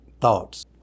thoughts